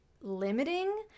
limiting